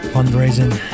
Fundraising